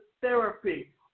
therapy